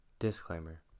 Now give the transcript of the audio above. Disclaimer